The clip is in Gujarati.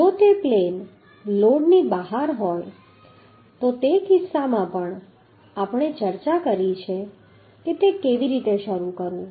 જો તે પ્લેન લોડની બહાર છે તો તે કિસ્સામાં પણ આપણે ચર્ચા કરી છે કે તે કેવી રીતે શરૂ કરવું